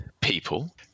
people